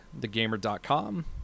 thegamer.com